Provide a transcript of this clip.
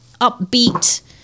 upbeat